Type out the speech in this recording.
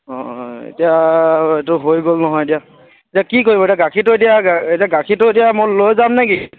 অঁ অঁ এতিয়া আৰু এইটো হৈ গ'ল নহয় এতিয়া এতিয়া কি কৰিব এতিয়া গাখীৰটো এতিয়া এতিয়া গাখীৰটো এতিয়া মই লৈ যাম নেকি